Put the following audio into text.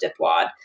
Dipwad